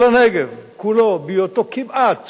כל הנגב, כולו, בהיותו כמעט